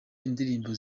indirimbo